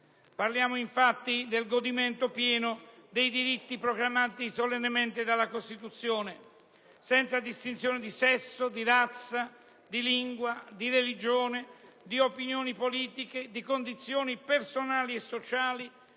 parliamo infatti del godimento pieno dei diritti proclamati solennemente dalla Costituzione, senza distinzione di sesso, di razza, di lingua, di religione, di opinioni politiche, di condizioni personali e sociali